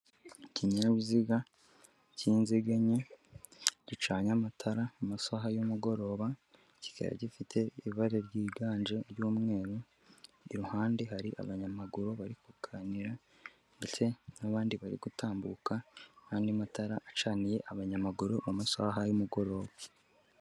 Ikinyabiziga cy'inziga enye gicanye amatara mu masaha y'umugoroba, kikaba gifite ibara ryiganje ry'umweru, iruhande hari abanyamaguru bari kuganira ndetse n'abandi bari gutambuka n'andi matara acaniye abanyamaguru mu masaha y'umugoroba.